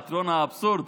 האבסורד.